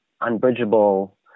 unbridgeable